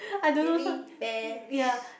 really bear